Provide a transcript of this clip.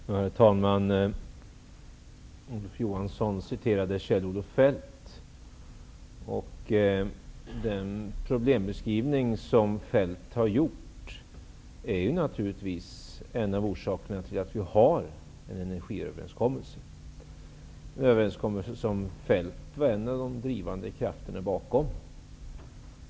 Herr talman! Olof Johansson citerade Kjell-Olof Feldt. Den problembeskrivning som Feldt har gjort är naturligtvis en av orsakerna till att vi har den energiöverkommelse som Feldt var en av de drivande krafterna bakom.